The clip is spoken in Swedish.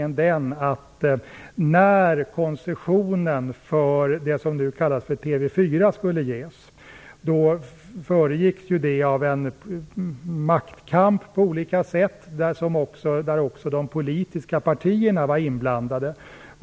När koncessionen för det som nu kallas för TV 4 skulle ges föregicks detta av maktkamp på olika sätt där också de politiska partierna var inblandade.